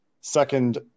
second